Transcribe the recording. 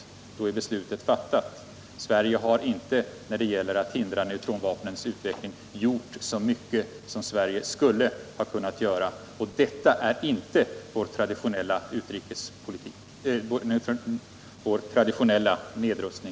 Då är beslutet fattat. Sverige har när det gäller att hindra neutronvapnens utveckling inte gjort så mycket som Sverige skulle ha kunnat göra. Detta är inte vår traditionella nedrustningspolitik.